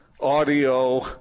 audio